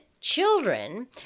children